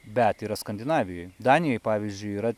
bet yra skandinavijoj danijoj pavyzdžiui yra